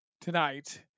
tonight